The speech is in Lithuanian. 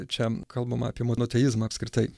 čia kalbama apie monoteizmą apskritai